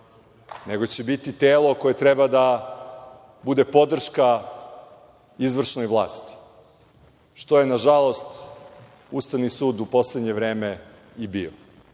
nego će biti telo koje treba da bude podrška izvršnoj vlasti, što je, nažalost, Ustavni sud u poslednje vreme i bio.